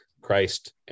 Christ